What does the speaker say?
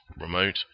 remote